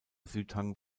südhang